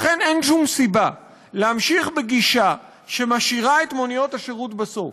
לכן אין שום סיבה להמשיך בגישה שמשאירה את מוניות השירות בסוף.